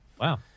Wow